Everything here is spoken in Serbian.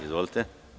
Izvolite.